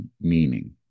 meaning